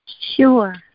Sure